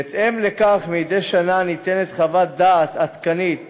בהתאם לכך, מדי שנה ניתנת חוות דעת עדכנית